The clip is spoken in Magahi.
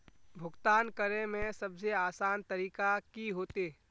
भुगतान करे में सबसे आसान तरीका की होते?